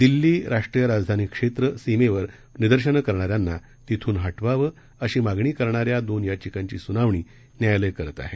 दिल्ली राष्ट्रीय राजधानी क्षेत्र सीमेवर निदर्शनं करणाऱ्यांना तिथून हटवावं अशी मागणी करणाऱ्या दोन याचिकांची सुनावणी न्यायालय करत आहे